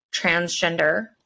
transgender